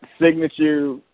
signature